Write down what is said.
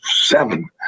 seven